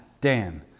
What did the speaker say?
Dan